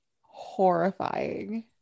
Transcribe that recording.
horrifying